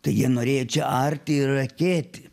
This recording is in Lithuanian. tai jie norėjo čia arti ir akėti